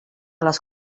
les